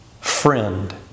friend